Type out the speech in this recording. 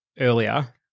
earlier